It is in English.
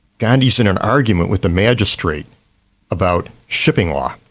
gandhi's in an argument with the magistrate about shipping law.